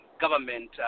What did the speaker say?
government